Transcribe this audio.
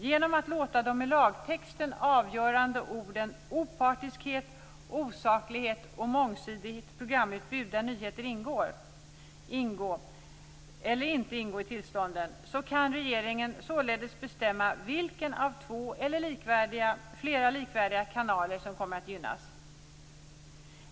Genom att låta de i lagtexten avgörande orden opartiskhet, saklighet och mångsidigt programutbud där nyheter ingår, ingå eller inte ingå i tillstånden, kan regeringen således bestämma vilken av två eller flera likvärdiga kanaler som kommer att gynnas.